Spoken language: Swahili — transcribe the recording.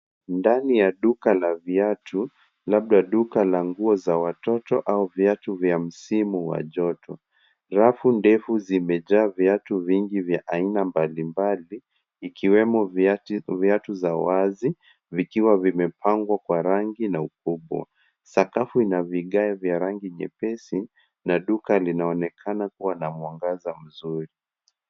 Ndani ya duka la viatu labda duka la nguo za watoto au viatu vya msimu wa joto rafu ndefu zimejaa viatu vingi vya aina mbali mbali ikiwemo viatu za wazi vikiwa vimepangwa kwa rangi na ukubwa sakafu ina vigae vya rangi nyepesi na duka linaonekana kuwa na mwangaza mzuri.